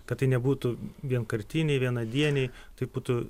kad tai nebūtų vienkartiniai vienadieniai tai būtų